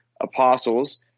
apostles